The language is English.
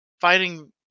Fighting